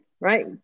right